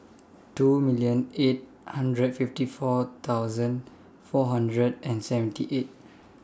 two million eight hundred fifty four thousand four hundred and seventy eight